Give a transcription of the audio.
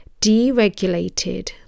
deregulated